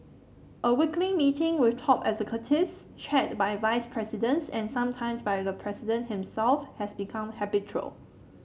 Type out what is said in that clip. a weekly meeting with top executives chaired by vice presidents and sometimes by the president himself has become habitual